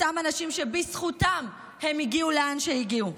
אותם אנשים שבזכותם הם הגיעו לאן שהגיעו.